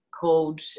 called